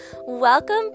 Welcome